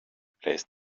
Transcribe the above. placed